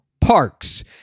Parks